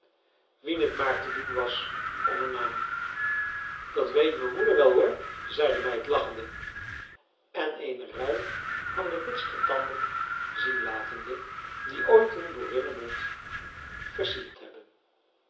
wien t maar te doen was om een naam dat weet me moeder wel hoor zei de meid lachende en eene rij van de witste tanden zien latende die ooit een boerinnemond versierd hebben